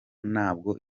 nabwo